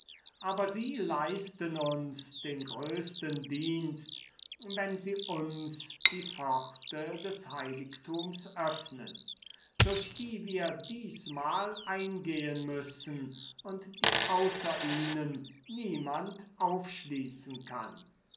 aber sie leisten uns den größten dienst wenn sie uns die pforte des heiligtums öffnen durch die wir diesmal eingehen müssen und die außer ihnen niemand aufschließen kann